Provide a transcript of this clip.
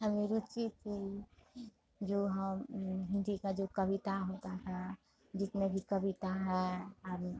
हमें रुचि थी जो हम हिन्दी का जो कविता होता है जितने भी कविता है हम